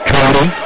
Cody